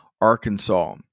Arkansas